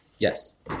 Yes